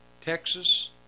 Texas